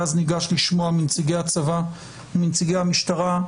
ואז ניגש לשמוע את נציגי הצבא ואת נציגי המשטרה,